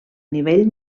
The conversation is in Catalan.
nivell